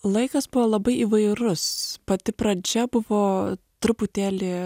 laikas buvo labai įvairus pati pradžia buvo truputėlį